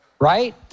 right